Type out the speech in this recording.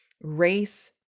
race